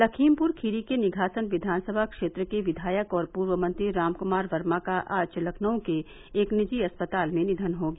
लखीमपुर खीरी के निघासन विधानसभा क्षेत्र के विधायक और पूर्व मंत्री राम कुमार वर्मा का आज लखनऊ के एक निजी अस्पताल में निधन हो गया